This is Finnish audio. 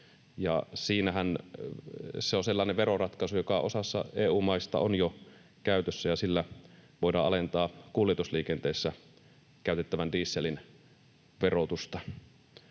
Se on sellainen veroratkaisu, joka osassa EU-maista on jo käytössä, ja sillä voidaan alentaa kuljetusliikenteessä käytettävän dieselin verotusta.